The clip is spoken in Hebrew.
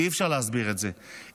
כי אי-אפשר להסביר את זה,